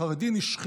זה